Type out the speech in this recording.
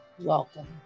Welcome